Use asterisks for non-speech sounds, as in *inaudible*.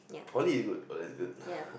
Poly is good Poly is good *breath*